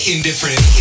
Indifferent